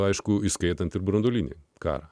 aišku įskaitant ir branduolinį karą